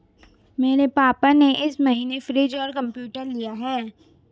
मेरे पापा ने इस महीने फ्रीज और कंप्यूटर लिया है